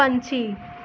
ਪੰਛੀ